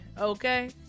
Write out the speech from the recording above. okay